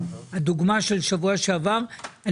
לדוגמה של שבוע שעבר,